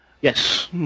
Yes